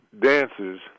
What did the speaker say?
dancers